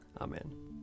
Amen